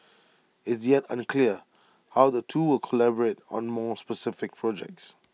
it's yet unclear how the two will collaborate on more specific projects